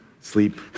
Sleep